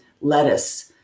lettuce